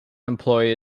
employee